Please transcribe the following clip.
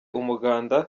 umuganda